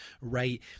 right